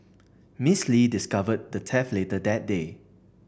Miss Lee discovered the theft later that day